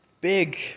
big